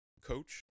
coach